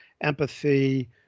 empathy